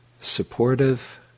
supportive